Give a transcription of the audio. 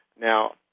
Now